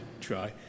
try